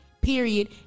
period